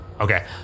Okay